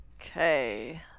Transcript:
okay